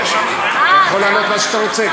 שאתה רוצה.